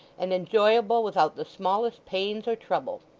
and enjoyable without the smallest pains or trouble.